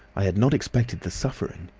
i had not expected the suffering.